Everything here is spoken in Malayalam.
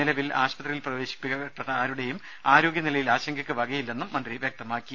നിലവിൽ ആശുപത്രിയിൽ പ്രവേശിപ്പിക്കപ്പെട്ട ആരുടേയും ആരോഗ്യനിലയിൽ ആശങ്കയ്ക്ക് വകയില്ലെന്ന് മന്ത്രി വ്യക്തമാക്കി